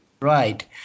Right